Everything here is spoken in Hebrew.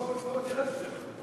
הוא לא התייחס לזה.